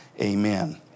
Amen